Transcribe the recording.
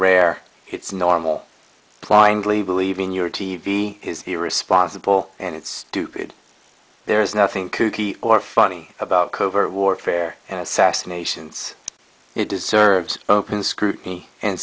rare it's normal plying glee believe in your t v is irresponsible and it's stupid there's nothing kooky or funny about covert warfare and assassinations it deserves open scrutiny and